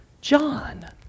John